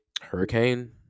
hurricane